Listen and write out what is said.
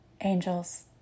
angels